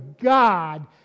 God